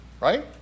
Right